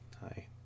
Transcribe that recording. hi